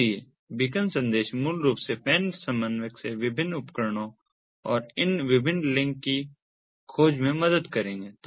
इसलिए बीकन संदेश मूल रूप से PAN समन्वयक से विभिन्न उपकरणों और इन विभिन्न लिंक की खोज में मदद करेंगे